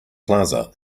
plaza